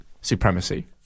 Supremacy